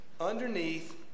underneath